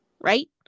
Right